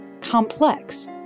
complex—